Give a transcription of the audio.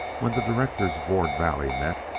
when the directors of ward valley met,